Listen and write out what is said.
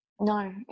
No